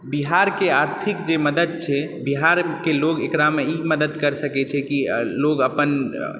बिहारके आर्थिक जे मदद छै बिहारके लोग एकरामे ई मदद करि सकैत छै कि लोग अपन